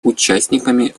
участниками